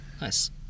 Nice